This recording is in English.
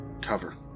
Cover